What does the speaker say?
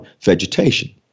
vegetation